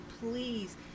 please